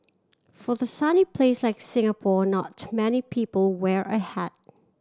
for the sunny place like Singapore not many people wear a hat